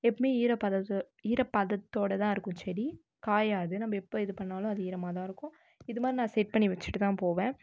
எப்பைமே ஈரப்பதத்தோ ஈரப்பதத்தோட தான் இருக்கும் செடி காயாது நம்ம எப்போ இது பண்ணாலும் அது ஈரமாகதான் இருக்கும் இதுமாதிரி நான் செட் பண்ணி வைச்சிட்டு தான் போவேன்